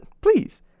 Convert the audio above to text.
please